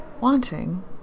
wanting